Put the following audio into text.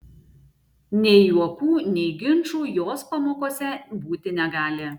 nei juokų nei ginčų jos pamokose būti negali